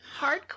hardcore